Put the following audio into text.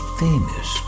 famous